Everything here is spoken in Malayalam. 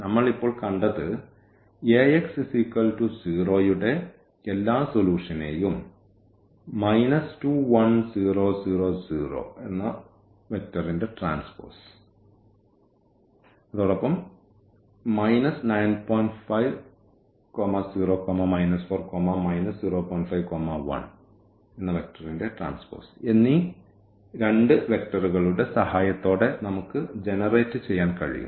നമ്മൾ ഇപ്പോൾ കണ്ടത് Ax0 യുടെ എല്ലാ സൊലൂഷനെയും എന്നീ രണ്ട് വെക്റ്ററുകളുടെ സഹായത്തോടെ നമുക്ക് ജനറേറ്റ് ചെയ്യാൻ കഴിയുന്നു